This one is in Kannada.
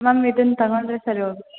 ಮ್ಯಾಮ್ ಇದನ್ನ ತಗೊಂಡರೆ ಸರಿ ಹೋಗುತ್